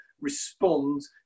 respond